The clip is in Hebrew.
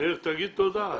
מאיר שמש, תגיד תודה.